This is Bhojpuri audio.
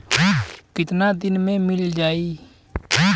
कितना दिन में मील जाई?